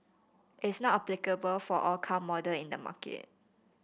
it's not applicable for all car model in the market